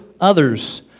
others